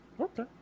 Okay